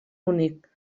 únic